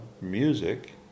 music